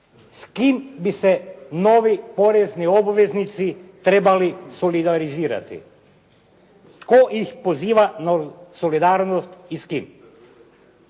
S kime bi se novi porezni obveznici trebali solidarizirati? Tko ih poziva na solidarnost i s kime?